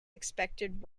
expected